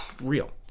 real